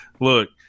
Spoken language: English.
look